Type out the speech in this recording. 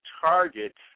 target